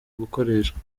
gukoreshwa